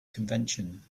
convention